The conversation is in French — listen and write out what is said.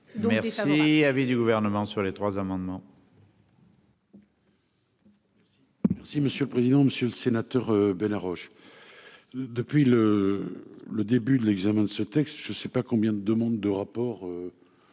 Merci avait du gouvernement sur les trois amendements.